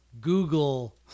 Google